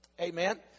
Amen